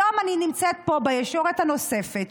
היום אני נמצאת פה בישורת הנוספת,